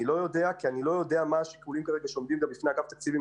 אני לא יודע מה השיקולים שעומדים לפני אגף התקציבים.